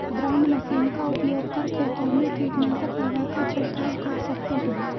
ground machine का उपयोग कर खेतों में कीटनाशक दवा का झिड़काव कर सकते है